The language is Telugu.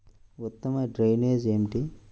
ఉత్తమ డ్రైనేజ్ ఏమిటి?